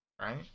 Right